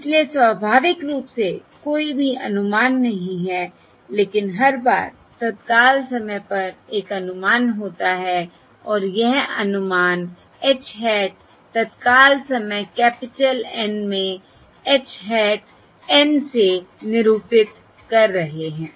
इसलिए स्वाभाविक रूप से कोई भी अनुमान नहीं है लेकिन हर बार तत्काल समय पर एक अनुमान होता है और यह अनुमान h hat तत्काल समय कैपिटल N में h hat N से निरूपित कर रहे हैं